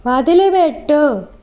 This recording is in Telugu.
వదిలిపెట్టు